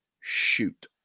shoot